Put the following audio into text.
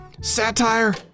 satire